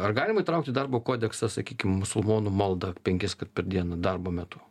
ar galima įtraukt į darbo kodeksą sakykim musulmonų maldą penkiskart per dieną darbo metu